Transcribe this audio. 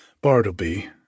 Bartleby